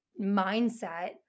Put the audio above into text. mindset